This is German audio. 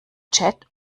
chat